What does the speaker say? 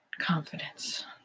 confidence